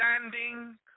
standing